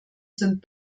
sind